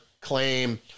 claim